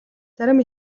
зарим